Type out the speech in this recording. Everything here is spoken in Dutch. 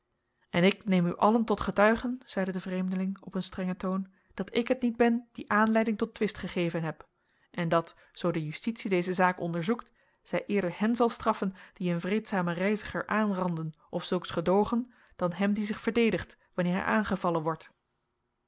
en ik neem u allen tot getuigen zeide de vreemdeling op een strengen toon dat ik het niet ben die aanleiding tot twist gegeven heb en dat zoo de justitie deze zaak onderzoekt zij eerder hen zal straffen die een vreedzamen reiziger aanranden of zulks gedoogen dan hem die zich verdedigt wanneer hij aangevallen wordt